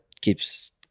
keeps